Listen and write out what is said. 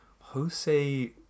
Jose